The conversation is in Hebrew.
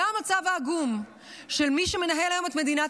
זה המצב העגום של מי שמנהל היום את מדינת